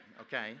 okay